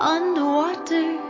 Underwater